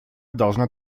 должна